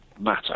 matter